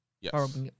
Yes